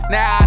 Now